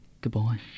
Goodbye